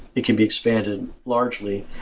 it can be expanded largely.